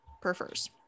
prefers